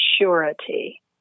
surety